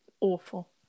awful